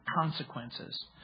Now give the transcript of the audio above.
consequences